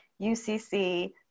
UCC